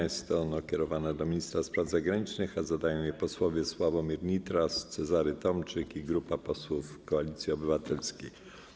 Jest ono kierowane do ministra spraw zagranicznych, a zadają je posłowie Sławomir Nitras, Cezary Tomczyk i grupa posłów Koalicji Obywatelskiej.